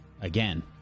Again